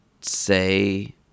say